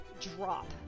drop